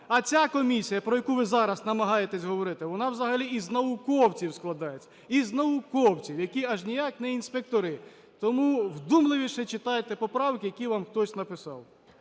А ця комісія, про яку ви зараз намагаєтесь говорити, вона взагалі із науковців складається. Із науковців, які аж ніяк не інспектори. Тому вдумливіше читайте поправки, які вам хтось написав.